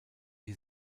die